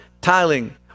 tiling